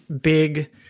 big